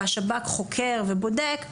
והשב"כ חוקר ובודק,